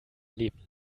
leben